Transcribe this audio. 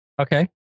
Okay